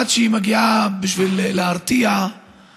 למעלה ממיליארד ו-300 מיליון שקלים,